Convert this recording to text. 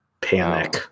Panic